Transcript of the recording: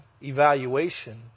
evaluation